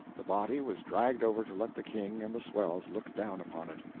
the body was dragged over to let the king and the swells look down upon it.